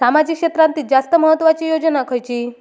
सामाजिक क्षेत्रांतील जास्त महत्त्वाची योजना खयची?